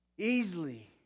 Easily